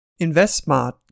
InvestSmart